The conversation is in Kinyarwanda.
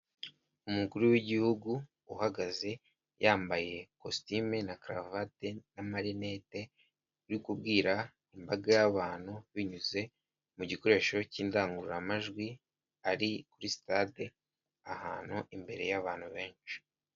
Umukuru w'igihugu uhagaze yambaye kositimu na karuavate n'amarinete urikubwira imbaga y'abantu binyuze mu gikoresho cy'indangururamajwi, ari kuri sitade ahantu imbere y'abantu benshi.